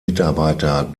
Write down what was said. mitarbeiter